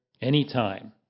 anytime